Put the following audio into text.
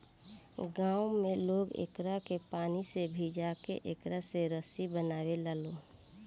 गांव में लोग एकरा के पानी में भिजा के एकरा से रसरी बनावे लालो